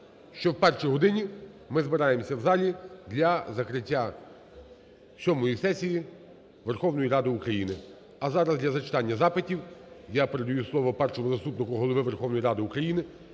що о першій годині ми збираємося в залі для закриття сьомої сесії Верховної Ради України. А зараз длязачитання запитів я передаю слово Першому заступнику Голови Верховної Ради України